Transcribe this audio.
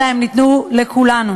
אלא הם ניתנו לכולנו.